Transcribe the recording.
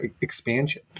expansion